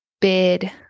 bid